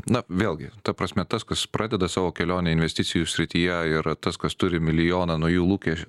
na vėlgi ta prasme tas kas pradeda savo kelionę investicijų srityje ir tas kas turi milijoną naujų lūkes